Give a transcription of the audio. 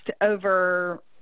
over